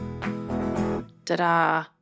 Ta-da